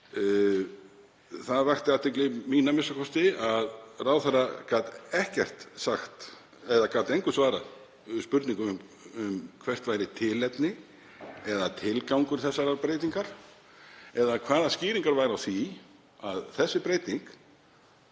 Það vakti athygli mína a.m.k. að ráðherra gat ekkert sagt eða gat engu svarað spurningu um hvert væri tilefni eða tilgangur þessarar breytingar eða hvaða skýringar væru á því að þessi breyting